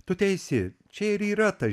tu teisi čia ir yra tas